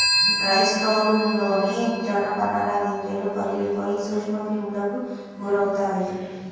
dry స్టోర్రూమ్లోని జనపనార గింజలు పగిలిపోయి సూక్ష్మక్రిములకు గురవుతాయి